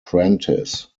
prentice